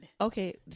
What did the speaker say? Okay